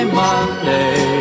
monday